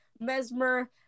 Mesmer